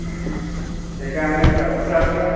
সেইকাৰণে সিহঁ সিহঁ